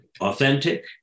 authentic